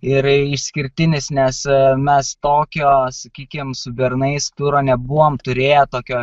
ir išskirtinis nes mes tokio sakykim su bernais turo nebuvom turėję tokio